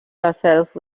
yourself